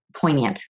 poignant